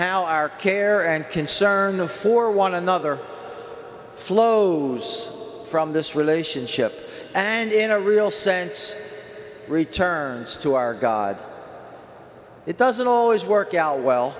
how our care and concern for one another flows from this relationship and in a real sense returns to our god it doesn't always work out well